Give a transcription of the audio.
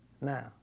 Now